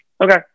Okay